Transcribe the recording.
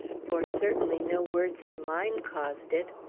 for certainly no words of mine caused it.